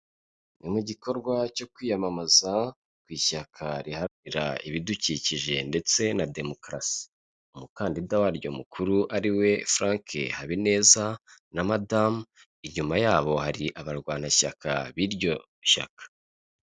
Ni mu gikorwa cyo kwiyamamaza kw'ishyaka rihara ibidukikije ndetse na demokarasi, umukandida waryo mukuru ari we Frank HABINEZA na madamu, inyuma yabo hari abarwanashyaka b'iryo shyaka.